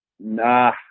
Nah